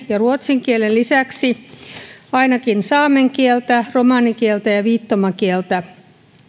ja ruotsin kielen lisäksi ainakin saamen kieltä romanikieltä ja viittomakieltä